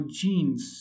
genes